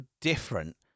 different